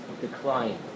decline